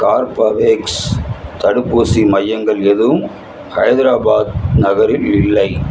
Corbevax தடுப்பூசி மையங்கள் எதுவும் ஹைதராபாத் நகரில் இல்லை